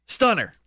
Stunner